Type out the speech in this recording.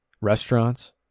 restaurants